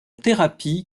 thérapie